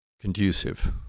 conducive